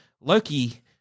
Loki